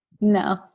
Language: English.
no